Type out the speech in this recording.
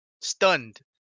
stunned